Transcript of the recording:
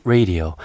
Radio